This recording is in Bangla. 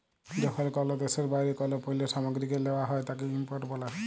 যখন কল দ্যাশের বাইরে কল পল্য সামগ্রীকে লেওয়া হ্যয় তাকে ইম্পোর্ট ব্যলে